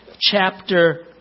chapter